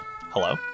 Hello